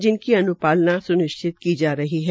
जिनकी अन्पालना स्निश्चित की जा रही है